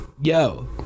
yo